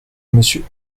monsieur